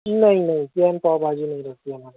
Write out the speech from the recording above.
نہیں نہیں پلین پاؤ بھاجی نہیں رہتی ہمارے